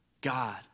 God